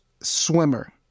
swimmer